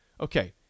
Okay